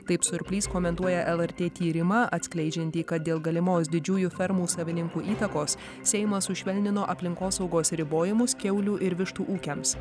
taip surplys komentuoja lrt tyrimą atskleidžiantį kad dėl galimos didžiųjų fermų savininkų įtakos seimas sušvelnino aplinkosaugos ribojimus kiaulių ir vištų ūkiams